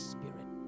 Spirit